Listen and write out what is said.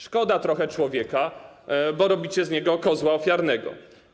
Szkoda trochę człowieka, bo robicie z niego kozła ofiarnego.